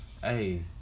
Hey